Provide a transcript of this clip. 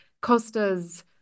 Costa's